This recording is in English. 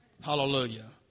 Hallelujah